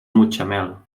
mutxamel